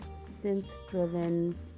synth-driven